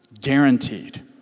Guaranteed